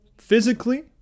physically